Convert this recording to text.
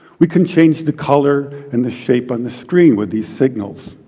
we can change the color and the shape on the screen with these signals.